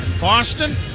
Boston